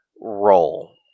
role